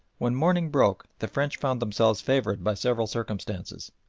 when morning broke the french found themselves favoured by several circumstances.